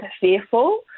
fearful